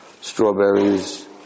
strawberries